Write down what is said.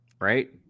right